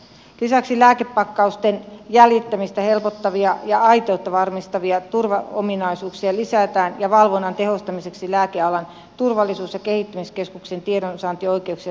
lisäksi lääkepakkausten jäljittämistä helpottavia ja aitoutta varmistavia turvaominaisuuksia lisätään ja valvonnan tehostamiseksi lääkealan turvallisuus ja kehittämiskeskuksen tiedonsaantioikeuksia täsmennetään